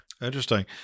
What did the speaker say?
Interesting